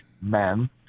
men